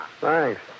Thanks